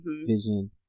vision